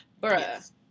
Bruh